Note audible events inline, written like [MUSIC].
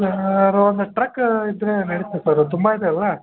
[UNINTELLIGIBLE] truck ಇದ್ದರೆ ನಡಿಯುತ್ತೆ sir ತುಂಬ ಇದೆ ಎಲ್ಲ